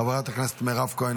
חברת הכנסת מירב כהן,